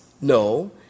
No